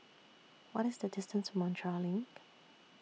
What IS The distance to Montreal LINK